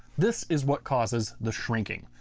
this is what causes the shrinking.